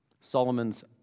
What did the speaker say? Solomon's